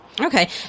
Okay